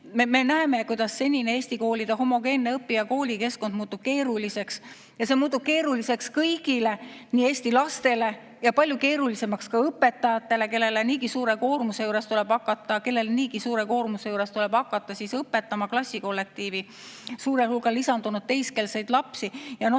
on, näevad, kuidas senine eesti koolide õppijate homogeenne õpi- ja koolikeskkond muutub keeruliseks. See muutub keeruliseks kõigile, eelkõige eesti lastele, ja veel palju keerulisemaks õpetajatele, kellel niigi suure koormuse juures tuleb hakata õpetama klassikollektiivi suure hooga lisandunud teiskeelseid lapsi.